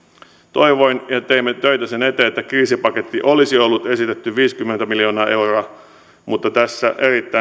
toivoin ja teimme töitä sen eteen että kriisipaketti olisi ollut esitetty viisikymmentä miljoonaa euroa mutta tässä erittäin